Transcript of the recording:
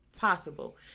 possible